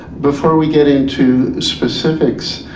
before we get into specifics